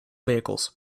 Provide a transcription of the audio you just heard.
vehicles